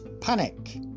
panic